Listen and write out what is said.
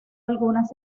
algunas